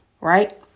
right